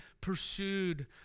pursued